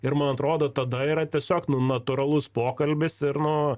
ir man atrodo tada yra tiesiog nu natūralus pokalbis ir nu